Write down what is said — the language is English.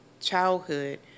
childhood